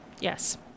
Yes